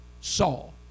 Saul